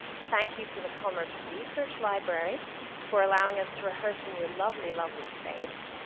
thank you to the commerce research library for allowing us to rehearse in your lovely, lovely space.